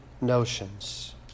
notions